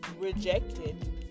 rejected